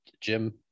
Jim